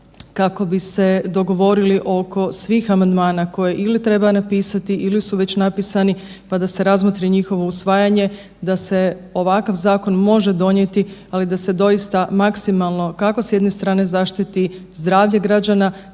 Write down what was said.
kako bi se dogovorili oko svih amandmana koje ili treba napisati ili su već napisani, pa da se razmotri njihovo usvajanje da se ovakav zakon može donijeti, ali da se doista maksimalno kako s jedne strane zaštiti zdravlje građana,